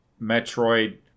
Metroid